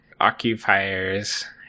occupiers